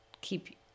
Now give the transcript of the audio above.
keep